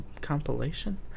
compilation